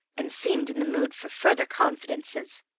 and seemed in the mood for further confidences.